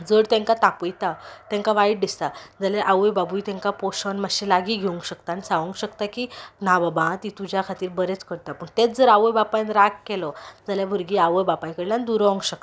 जर तेंकां तापयता जर तेंकां वायट दिसता जाल्यार आवय बापूय तेंकां पोर्शन मातशें लागीं घेवंक शकता आनी सांगूंक शकता की ना बाबा हा ती तुज्या खातीर बरेंच करता पूण तेंच जर आवय बापायन राग केलो जाल्या भुरगीं आवय बापाय कडल्यान दुरोंक शकता